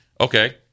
Okay